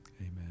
Amen